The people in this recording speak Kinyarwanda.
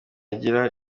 gira